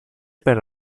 per